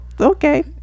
okay